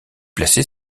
placée